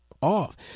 off